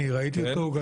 ואני ראיתי אותו.